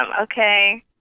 Okay